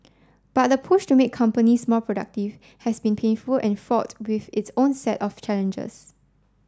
but the push to make companies more productive has been painful and fraught with its own set of challenges